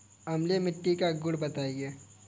अम्लीय मिट्टी का गुण बताइये